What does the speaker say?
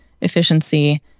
efficiency